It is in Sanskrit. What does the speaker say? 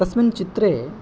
तस्मिन् चित्रे